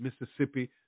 Mississippi